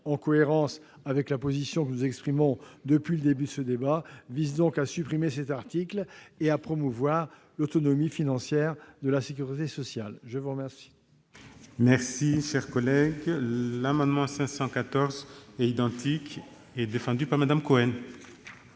en cohérence avec la position que nous défendons depuis le début de ce débat, vise donc à supprimer cet article et, ainsi, à promouvoir l'autonomie financière de la sécurité sociale. La parole